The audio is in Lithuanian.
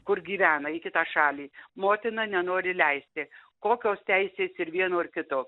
kur gyvena į kitą šalį motina nenori leisti kokios teisės ir vieno ir kito